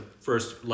first